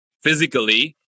physically